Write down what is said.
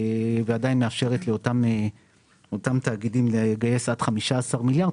ועדיין מאפשרת לאותם תאגידים לגייס עד 15 מיליון,